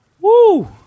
Woo